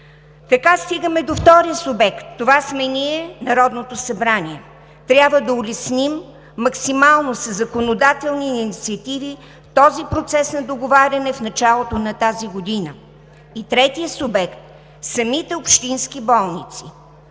Така стигаме до втория субект – това сме ние, Народното събрание. Трябва да улесним максимално със законодателни инициативи този процес на договаряне в началото на тази година. И третият субект – самите общински болници.